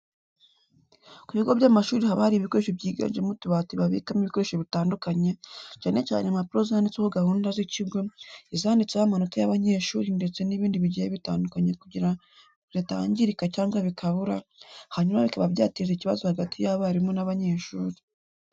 Ku bigo by'amashuri haba hari ibikoresho byiganjemo utubati babikamo ibikoresho bitandukanye, cyane cyane imapuro zanditseho gahunda z'ikigo, izanditseho amanota y'abanyeshuri ndetse n'ibindi bigiye bitandukanye kugira bitangirika cyangwa bikabura, hanyuma bikaba byateza ikibazo hagati y'abarimu n'abanyeshuri.